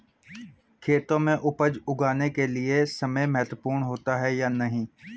खेतों में उपज उगाने के लिये समय महत्वपूर्ण होता है या नहीं?